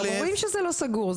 רואים שזה לא סגור.